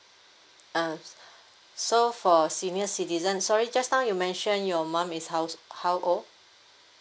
uh so for senior citizen sorry just now you mention your mom is how's how old